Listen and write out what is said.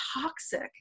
toxic